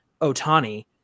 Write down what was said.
Otani